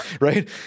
Right